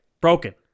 Broken